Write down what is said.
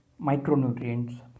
micronutrients